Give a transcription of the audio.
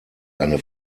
eine